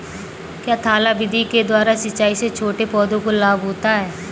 क्या थाला विधि के द्वारा सिंचाई से छोटे पौधों को लाभ होता है?